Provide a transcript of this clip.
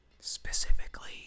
Specifically